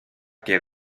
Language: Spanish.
que